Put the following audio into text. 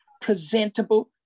presentable